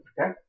Okay